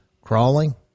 crawling